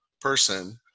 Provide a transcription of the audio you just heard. person